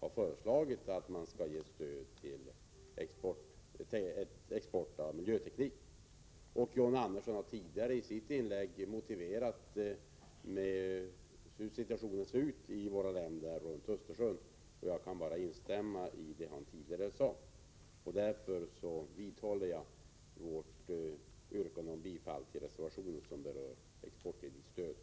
bakom förslaget att man skall ge stöd till export av miljöteknik. John Andersson har i sitt inlägg motiverat förslaget genom att påpeka hur situationen ser ut i länderna runt Östersjön, och jag kan bara instämma i det som han sade. Jag vidhåller vårt yrkande om bifall till den reservation som rör exportkreditstöd.